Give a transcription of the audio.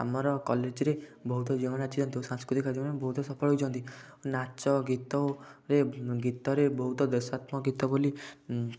ଆମର କଲେଜରେ ବହୁତ ଝିଅମାନେ ସାଂସ୍କୃତିକ କାର୍ଯ୍ୟକର୍ମରେ ବହୁତ ସଫଳ ହୋଇଛନ୍ତି ନାଚ ଗୀତରେ ଗୀତରେ ବହୁତ ଦେଶାତ୍ମକ ଗୀତ ବୋଲି